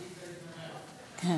גברתי היושבת-ראש,